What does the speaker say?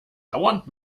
dauernd